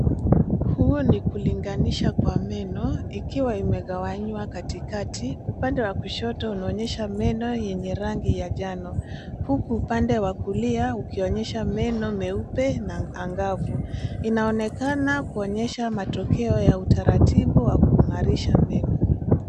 Huu ni kulinganisha kwa meno ikiwa imegawanywa katikati. Upande wa kushoto unaonyesha meno yenye rangi ya njano huku upande wa kulia ukionyesha meno meupe na angavu. Inaonekana kuonyesha matokeo ya utaratibu wa kungarisha meno.